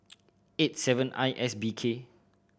eight seven I S B K